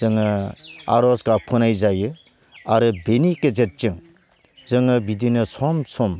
जोङो आर'ज गाबखनाय जायो आरो बेनि गेजेरजों जोङो बिदिनो सम सम